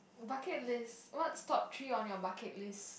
bucket list what's top three on your bucket list